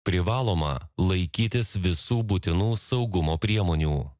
privaloma laikytis visų būtinų saugumo priemonių